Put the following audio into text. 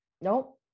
nope